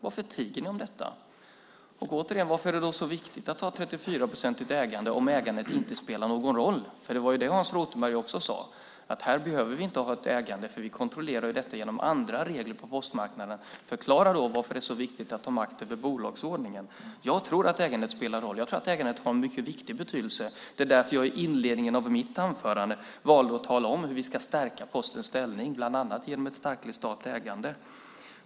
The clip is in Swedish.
Varför tiger ni om detta? Varför är det så viktigt att ha ett 34-procentigt ägande om ägandet inte spelar någon roll? Hans Rothenberg sade att vi inte behöver ha något ägande här, för vi kontrollerar detta genom andra regler på postmarknaden. Förklara då varför det är så viktigt att ha makt över bolagsordningen! Jag tror att ägandet spelar roll. Jag tror att ägandet har en mycket stor betydelse. Det var därför jag i inledningen av mitt anförande valde att tala om hur vi ska stärka Postens ställning, bland annat genom ett starkare statligt ägande.